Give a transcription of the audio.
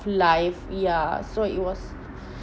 life ya so it was